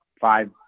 five